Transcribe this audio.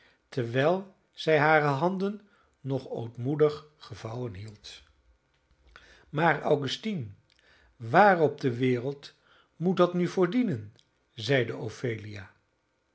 terwijl zij hare handen nog ootmoedig gevouwen hield maar augustine waar op de wereld moet dat nu voor dienen zeide ophelia